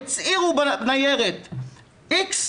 הצהירו בניירת איקס,